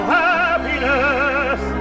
happiness